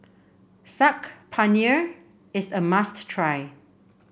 Saag Paneer is a must try